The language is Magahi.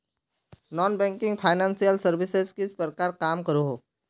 नॉन बैंकिंग फाइनेंशियल सर्विसेज किस प्रकार काम करोहो?